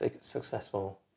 successful